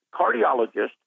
cardiologist